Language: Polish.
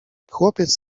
chłopiec